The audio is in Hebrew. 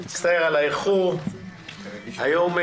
היום,